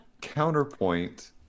Counterpoint